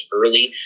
early